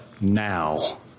now